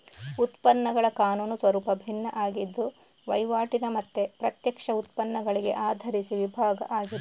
ಉತ್ಪನ್ನಗಳ ಕಾನೂನು ಸ್ವರೂಪ ಭಿನ್ನ ಆಗಿದ್ದು ವೈವಾಟಿನ ಮತ್ತೆ ಪ್ರತ್ಯಕ್ಷ ಉತ್ಪನ್ನಗಳಿಗೆ ಆಧರಿಸಿ ವಿಭಾಗ ಆಗಿದೆ